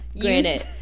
Granted